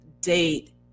date